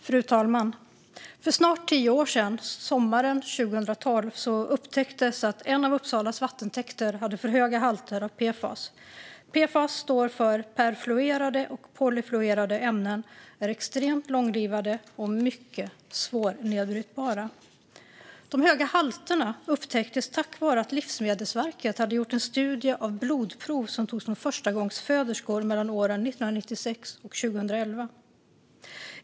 Fru talman! För snart tio år sedan, sommaren 2012, upptäcktes att en av Uppsalas vattentäkter hade för höga halter av PFAS. PFAS, som står för perfluorerade och polyfluorerade ämnen, är extremt långlivade och mycket svårnedbrytbara. De höga halterna upptäcktes tack vare att Livsmedelverket gjorde en studie av blodprov som togs från förstagångsföderskor mellan åren 1996 och 2011.